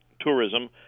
tourism